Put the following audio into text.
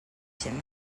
him